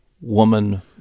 woman